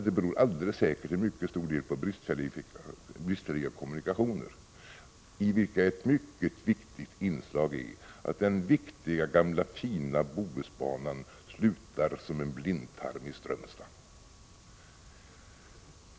Jo, det beror alldeles säkert till mycket stor del på bristfälliga kommunikationer, i vilka ett mycket viktigt inslag är att den viktiga gamla fina Bohusbanan slutar som en blindtarm i Strömstad.